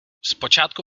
zpočátku